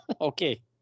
Okay